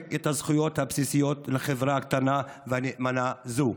את הזכויות הבסיסיות לחברה קטנה ונאמנה זו.